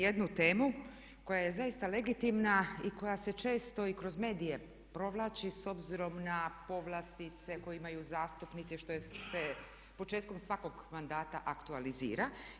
jednu temu koja je zaista legitimna i koja se često i kroz medije provlači s obzirom na povlastice koje imaju zastupnici što se početkom svakog mandata aktualizira.